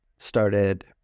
started